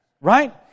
Right